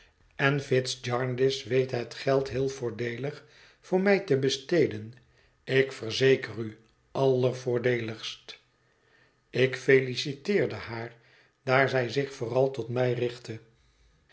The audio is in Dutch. en fitz jarndyce weet het geld heel voordeelig voor mij te besteden ik verzeker u allervoordeeligst ik feliciteerde haar daar zij zich vooral tot mij richtte